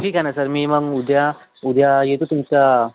ठीक आहे ना सर मी मग उद्या उद्या येतो तुमच्या